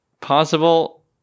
Possible